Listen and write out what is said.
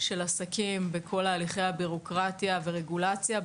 של העסקים בכל הליכי הבירוקרטיה והרגולציה.